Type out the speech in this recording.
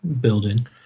building